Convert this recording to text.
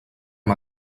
amb